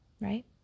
Right